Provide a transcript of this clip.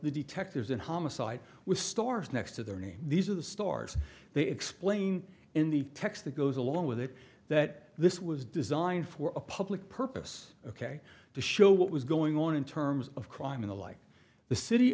the detectives and homicide with stars next to their name these are the stars they explain in the text that goes along with it that this was designed for a public purpose ok to show what was going on in terms of crime in the like the city